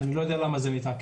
אני לא יודע למה זה מתעכב.